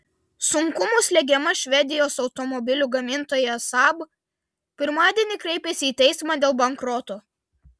sunkumų slegiama švedijos automobilių gamintoja saab pirmadienį kreipėsi į teismą dėl bankroto